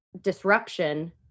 disruption